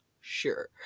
sure